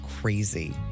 crazy